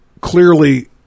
clearly